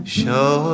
show